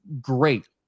great